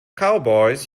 cowboys